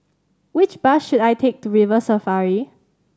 which bus should I take to River Safari